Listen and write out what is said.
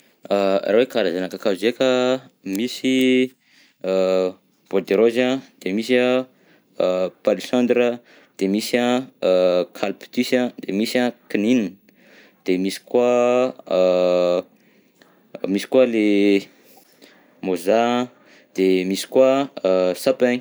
Raha hoe karazagna kakazo ndreka, misy a bois de rose an de misy an palissandre, de misy an an calptus an, de misy an kininina, de misy koa an an misy koa le môzà de misy koa a sapin.